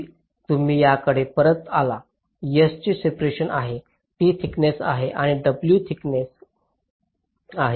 तर तुम्ही याकडे परत आला s चे सेपरेशन आहे टी थिकनेस आहे आणि डब्ल्यू थिकनेस आहे